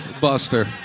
Buster